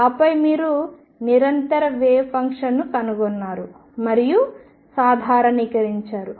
ఆపై మీరు నిరంతర వేవ్ ఫంక్షన్ను కనుగొన్నారు మరియు సాధారణీకరించారు